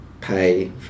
pay